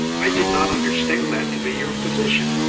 i did not understand that to be your position.